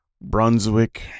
Brunswick